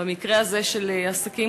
במקרה הזה של עסקים,